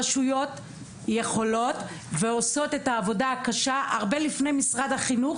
רשויות יכולות ועושות את העבודה הקשה הרבה לפני משרד החינוך.